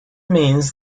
means